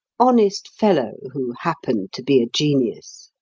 honest fellow, who happened to be a genius!